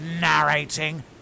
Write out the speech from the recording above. narrating